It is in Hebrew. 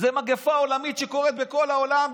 זו מגפה עולמית שקורית בכל העולם,